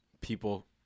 people